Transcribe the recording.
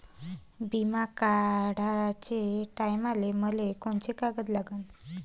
बिमा काढाचे टायमाले मले कोंते कागद लागन?